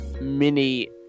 Mini